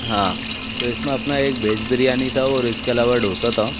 हाँ तो अपना इसमे एक भेज बिरयानी था और इसके अलावा ढोसा था